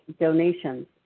donations